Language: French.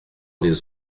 des